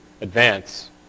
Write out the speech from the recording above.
advance